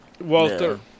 Walter